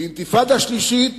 באינתיפאדה שלישית